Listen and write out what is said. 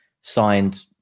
signed